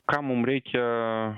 ką mum reikia